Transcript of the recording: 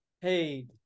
hey